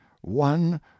one